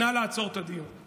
נא לעצור את הדיון.